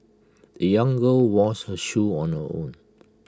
the young girl washed her shoes on her own